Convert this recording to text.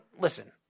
Listen